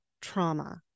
trauma